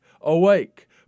awake